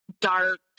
dark